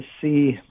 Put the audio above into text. see